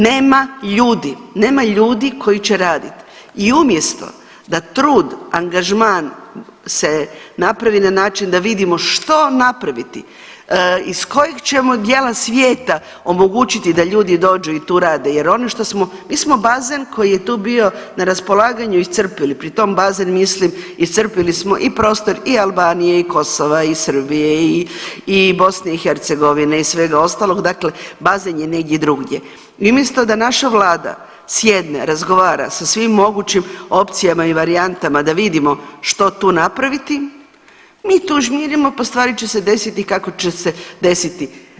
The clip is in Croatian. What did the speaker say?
Nema ljudi, nema ljudi koji će raditi i umjesto da trud, angažman se napravi na način da vidimo što napraviti, iz kojeg ćemo dijela svijeta omogućiti da ljudi dođu i tu rade jer ono šta smo, mi smo bazen koji je tu bio na raspolaganju, iscrpili, pri tom bazen mislim iscrpili smo i prostor i Albanije i Kosova i Srbije i BiH i svega ostalog, dakle bazen je negdje drugdje i umjesto da naša Vlada sjedne, razgovara sa svim mogućim opcijama i varijantama da vidimo što tu napraviti, mi tu žmirimo pa stvari će se desiti kako će se desiti.